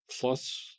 plus